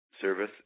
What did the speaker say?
service